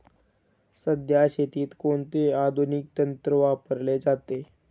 सध्या शेतीत कोणते आधुनिक तंत्र वापरले जाते?